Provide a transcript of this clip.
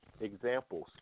examples